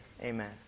Amen